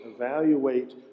evaluate